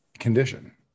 condition